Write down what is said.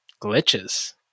glitches